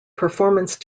performance